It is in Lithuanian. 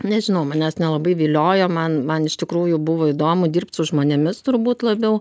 nežinau manęs nelabai viliojo man man iš tikrųjų buvo įdomu dirbt su žmonėmis turbūt labiau